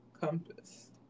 compass